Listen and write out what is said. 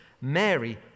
Mary